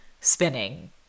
spinning